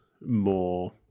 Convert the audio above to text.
more